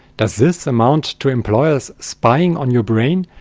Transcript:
does this amount to employers spying on your brain,